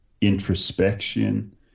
introspection